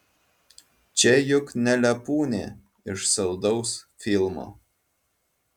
čia juk ne lepūnė iš saldaus filmo